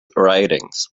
writings